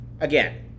again